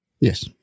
Yes